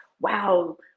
wow